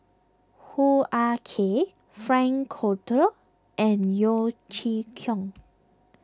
Hoo Ah Kay Frank Cloutier and Yeo Chee Kiong